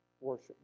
worship